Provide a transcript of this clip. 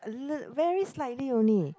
a little very slightly only